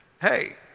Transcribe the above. hey